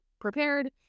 prepared